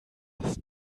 das